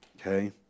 Okay